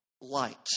Light